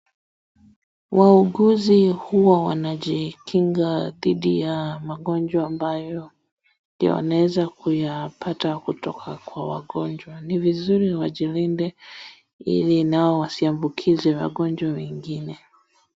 Wauguzii hua wanajikingaa dhidi ya magonjwa ambayo yanaeza kuyapata kutoka kwa wagonjwa, ni vizuri wajilinde ili nao wasiambukizwe wagonjwa wengine.